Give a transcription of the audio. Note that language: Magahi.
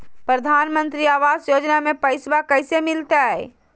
प्रधानमंत्री आवास योजना में पैसबा कैसे मिलते?